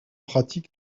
pratique